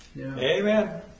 Amen